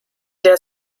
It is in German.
der